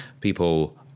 people